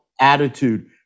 attitude